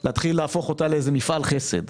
להפוך אותה למפעל חסד,